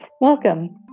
Welcome